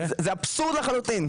זה אבסורד לחלוטין.